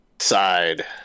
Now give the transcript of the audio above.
side